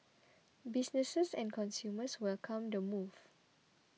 businesses and consumers welcomed the move